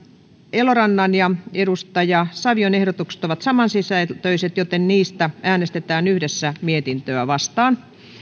elorannan ja sami savion ehdotukset ovat samansisältöiset joten niistä äänestetään yhdessä mietintöä vastaan